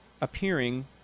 appearing